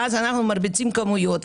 ואז אנחנו מרביצים כמויות.